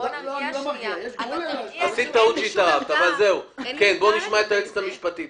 נשמע את היועצת המשפטית.